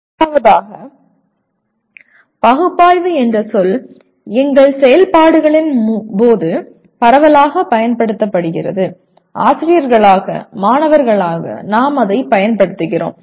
முதலாவதாக பகுப்பாய்வு என்ற சொல் எங்கள் செயல்பாடுகளின் போது மூலம் பரவலாகப் பயன்படுத்தப்படுகிறது ஆசிரியர்களாக மாணவர்களாக நாம் அதைப் பயன்படுத்துகிறோம்